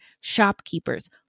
shopkeepers